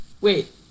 Wait